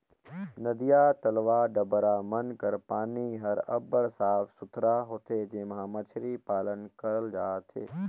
नदिया, तलवा, डबरा मन कर पानी हर अब्बड़ साफ सुथरा होथे जेम्हां मछरी पालन करल जाथे